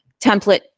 template